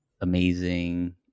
amazing